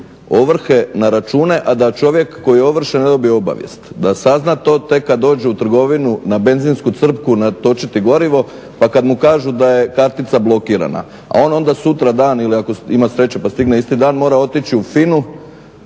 vrše ovrhe na račune a da čovjek koji je ovršen ne dobije obavijest, da sazna to tek kada dođu u trgovinu na benzinsku crpku natočiti gorivo pa kada mu kažu da je kartica blokirana. A on onda sutra dan ili ako ima sreće pa stigne isti dan mora otići u